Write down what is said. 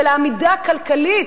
של העמידה הכלכלית,